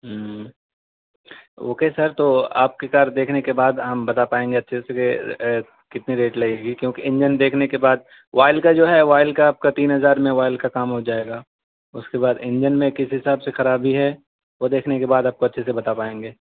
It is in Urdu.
ہوں اوکے سر تو آپ کی کار دیکھنے کے بعد ہم بتا پائیں گے اچھے سے کہ کتنی ریٹ لگے گی کیونکہ انجن دیکھنے کے بعد وائل کا جو ہے وائل کا آپ کا تین ہزار میں وائل کا کام ہو جائے گا اس کے بعد انجن میں کس حساب سے خرابی ہے وہ دیکھنے کے بعد آپ کو اچھے سے بتا پائیں گے